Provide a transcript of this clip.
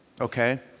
okay